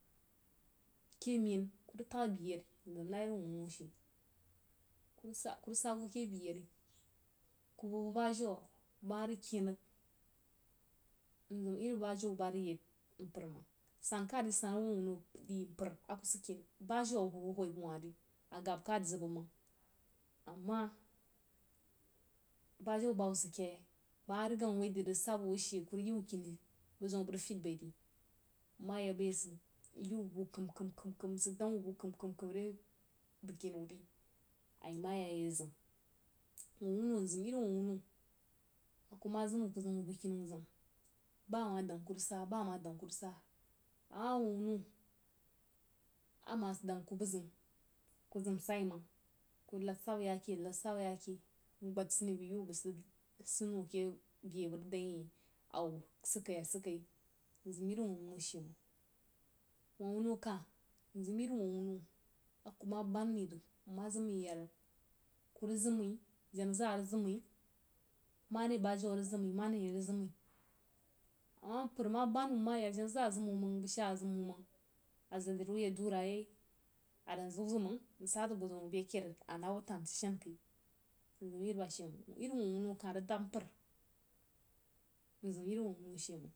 I-eh mein kung təg-egbiyei nzim nah iri wuh wuno she kuh rig sa bu keh biyan ku bəg-bəg bah jana ma rig kain rig mzim iri bajauw ba rig yeid mpər məng san kah di san a wuh wuno yi mpər a ku rig səd ki baya a kuh ba bəg hwoi bəg wah ri a gab ka zəg bəg məng amah bajauwu bahubba sid keh yo bəg ma woi sabba wuh she rig yiwuh kii bəg zim a bəg rig feid bai ri nma yəg bəg yei sid yi wuh bu kəm-kəm nsid dang wuh bu kəm-kəm re bugkini wuh ri ayi ma yaka ye zim, wuh wuno mzim iri wuh wuno aku ma zim wuh kuh zim bəg bugkini zeun ba amah dəng kuh rig sa, amah dəng kuh rig sa, amah wuh wunno ama dəng kuh bəg ziu ku zim sai məng ku nəd sabba yakei, nəd sabba yake mnəd sini bai yi wuh bəg sid sni wūh keh beh a bəg dəng wuin a wuh a sid kai, a sid kai, mzím iri wuh wuno she məng, wuh wunno kah, mzim iri wuh wuno aku ma band mai rig nma zəg mai ya rig kuh rig zim mai jenna-zaá rig zim mai mare bajawwu rig zim mai amah mpər ah ma band mai nmayək jenna-zaá zim wuh məng bəg shaá zim wuh məng a zəg dri wuh ye duh rig yei, a dan ziu-zəg məng nsazək bəg ziu məng a nah boó tən rig shein khei mzīm iri baje məng, iri wuh wunno a rig daba mpər mzim iri wuh wunno she məng.